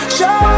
Show